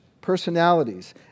personalities